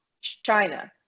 China